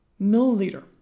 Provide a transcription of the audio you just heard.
milliliter